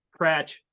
Cratch